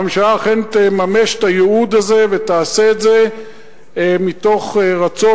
הממשלה אכן תממש את הייעוד הזה ותעשה את זה מתוך רצון,